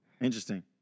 Interesting